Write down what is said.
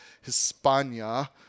Hispania